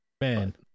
Man